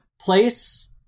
place